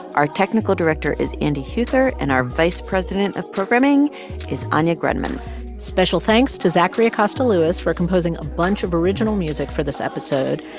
our technical director is andy heuther and our vice president of programming is anya grundmann special thanks to zachary acosta-lewis for composing a bunch of original music for this episode,